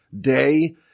day